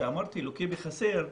כשאמרתי לוקה בחסר,